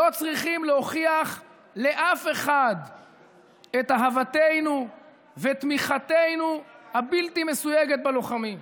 לא צריכים להוכיח לאף אחד את אהבתנו ותמיכתנו הבלתי-מסויגת בלוחמים.